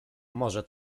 może